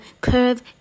curve